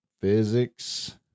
physics